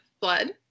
blood